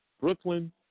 Brooklyn